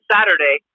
Saturday